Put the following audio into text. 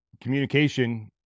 Communication